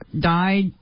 died